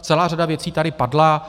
Celá řada věcí tady padla.